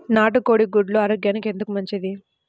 నాటు కోడి గుడ్లు ఆరోగ్యానికి ఎందుకు మంచిది?